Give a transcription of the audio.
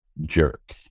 jerk